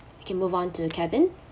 okay move on to kevin